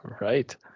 Right